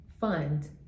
fund